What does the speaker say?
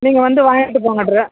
நீங்கள் வந்து வாங்கிட்டு போங்க ட்ர